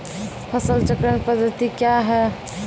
फसल चक्रण पद्धति क्या हैं?